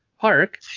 park